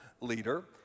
leader